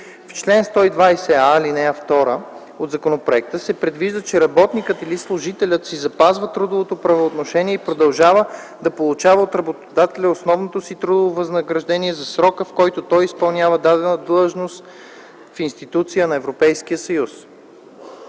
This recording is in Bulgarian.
В чл. 120а, ал. 2 от законопроекта се предвижда, че работникът или служителят си запазва трудовото правоотношение и продължава да получава от работодателя основното си трудово възнаграждение за срока, в който той изпълнява дадена длъжност в институция на Европейския съюз.